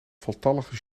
voltallige